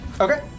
Okay